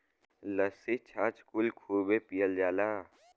लस्सी छाछ कुल खूबे पियल जाला